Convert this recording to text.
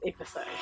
episode